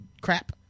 crap